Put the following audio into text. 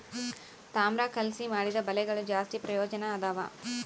ತಾಮ್ರ ಕಲಿಸಿ ಮಾಡಿದ ಬಲೆಗಳು ಜಾಸ್ತಿ ಪ್ರಯೋಜನದವ